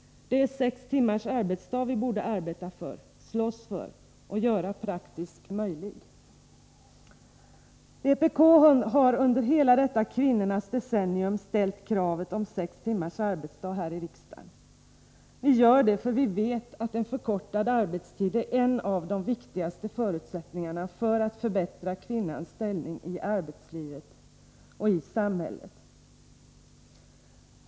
Det är sex timmars arbetsdag vi borde arbeta för, slåss för och göra praktisk möjlig. Vpk har här i riksdagen under hela detta kvinnornas decennium ställt kravet om sex timmars arbetsdag. Vi gör det därför att vi vet att en förkortad arbetstid är en av de viktigaste förutsättningarna för att förbättra kvinnans ställning i arbetslivet och i samhället.